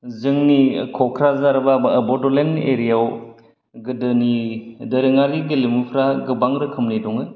जोंनि कक्राझार बा बा बड'लेन्ड एरियाव गोदोनि गेलेमुफ्रा गोबां रोखोमनि दङो